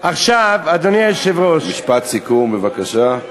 עכשיו, אדוני היושב-ראש, משפט סיכום, בבקשה.